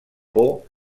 por